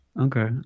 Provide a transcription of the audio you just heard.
Okay